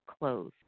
clothes